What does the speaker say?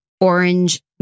orange